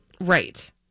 Right